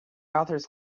authors